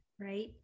right